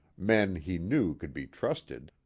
men he knew could be trusted,